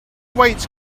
weights